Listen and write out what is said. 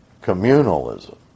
communalism